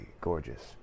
gorgeous